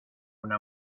una